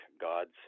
God's